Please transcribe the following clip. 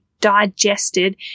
digested